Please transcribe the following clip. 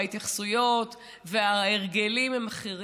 ההתייחסויות וההרגלים הם אחרים.